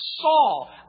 Saul